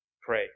Pray